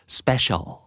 special